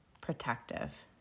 protective